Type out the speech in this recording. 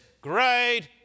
great